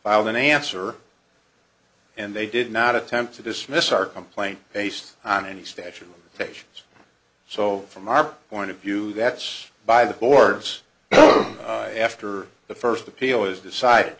filed an answer and they did not attempt to dismiss our complaint based on any statute stations so from our point of view that's by the boards and after the first appeal is decided